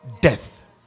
death